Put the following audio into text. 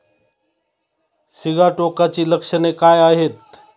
सिगाटोकाची लक्षणे काय आहेत?